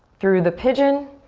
through the pigeon.